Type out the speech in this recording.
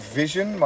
vision